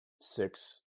Six